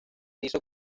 hizo